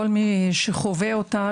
כל מי שחווה אותה,